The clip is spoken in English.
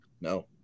No